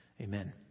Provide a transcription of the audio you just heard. amen